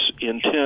intent